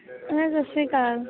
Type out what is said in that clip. ਸਤਿ ਸ਼੍ਰੀ ਅਕਾਲ